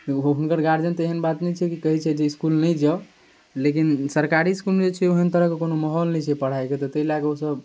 हुनकर गार्जिअन तऽ एहन बात नहि छै कि कहै छै कि इसकुल नहि जाउ लेकिन सरकारी इसकुलमे जे छै ओहन तरहके कोनो माहौल नहि छै पढ़ाइके तऽ ताहि लऽ कऽ ओसभ